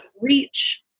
reach